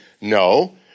No